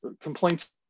complaints